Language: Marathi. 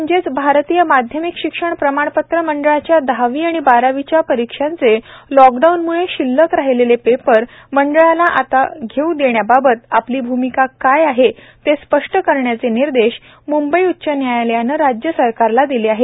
म्हणजेच भारतीय माध्यमिक शिक्षण प्रमाणपत्र मंडळाच्या दहावी आणि बारावीच्या परीक्षांचे लॉकडाऊनम्ळे शिल्लक राहिले पेपर मंडळाला आता घेऊ देण्याबाबत आपली भूमिका काय आहे ते स्पष्ट करण्याचे निर्देश मुंबई उच्च न्यायालयानं राज्य सरकारला दिले आहे